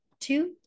two